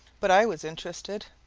but i was interested.